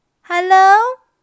Hello